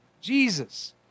Jesus